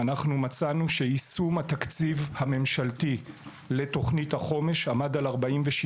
אנחנו מצאנו שיישום התקציב הממשלתי לתוכנית החומש עמד על 47%,